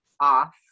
off